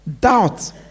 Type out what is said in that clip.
doubt